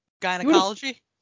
Gynecology